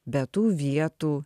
be tų vietų